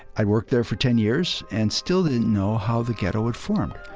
i worked there for ten years and still didn't know how the ghetto had formed.